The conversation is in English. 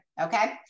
Okay